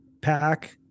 pack